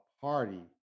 party